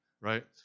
right